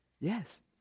Yes